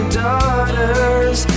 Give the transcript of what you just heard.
daughters